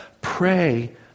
Pray